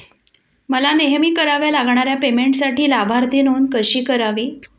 मला नेहमी कराव्या लागणाऱ्या पेमेंटसाठी लाभार्थी नोंद कशी करावी?